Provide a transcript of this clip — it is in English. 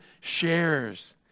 shares